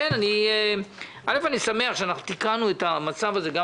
אני שמח שאנחנו תיקנו את המצב הזה גם